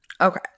Okay